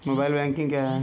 Mobile banking क्या है?